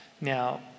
now